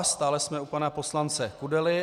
Stále jsme u pana poslance Kudely.